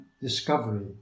discovery